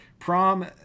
Prom